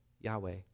Yahweh